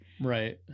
Right